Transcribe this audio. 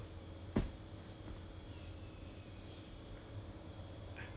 to to just go and do whatever is required from the the module lah